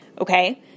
okay